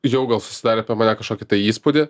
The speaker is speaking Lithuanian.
jau gal susidarė apie mane kažkokį tą įspūdį